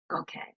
Okay